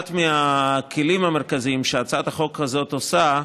אחד הכלים המרכזיים שהצעת החוק הזאת נותנת,